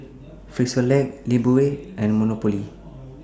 Frisolac Lifebuoy and Monopoly